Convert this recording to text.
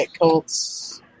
Colts